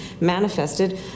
manifested